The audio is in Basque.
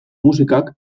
musikak